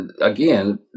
Again